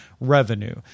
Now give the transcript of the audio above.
revenue